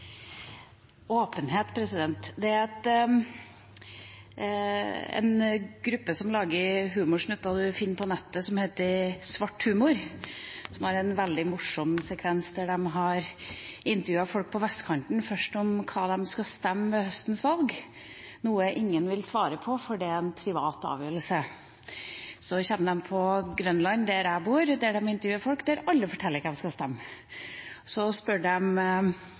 Åpenhet: Det er en gruppe som lager humorsnutter en finner på nettet som heter Svart Humor, som har en veldig morsom sekvens der de har intervjuet folk på vestkanten, først om hva de skal stemme ved høstens valg, noe ingen vil svare på, for det er en privat avgjørelse. Så kommer de til Grønland, der jeg bor, og intervjuer folk, og alle forteller hva de skal stemme. Så spør